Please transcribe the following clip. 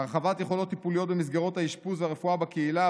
הורחבו יכולות טיפוליות במסגרות האשפוז והרפואה בקהילה,